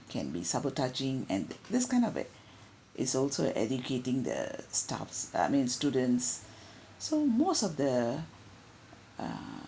can be sabotaging and this kind of it is also educating the staffs I mean students so most of the uh